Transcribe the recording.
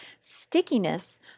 stickiness